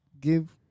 give